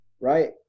right